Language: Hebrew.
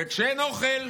וכשאין אוכל,